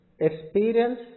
experience